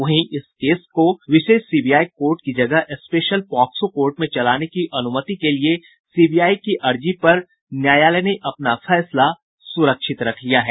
वहीं इस केस को विशेष सीबीआई कोर्ट की जगह स्पेशल पॉक्सो कोर्ट में चलाने की अनुमति के लिए सीबीआई की अर्जी पर न्यायालय ने अपना फैसला सुरक्षित रख लिया है